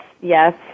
yes